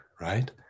right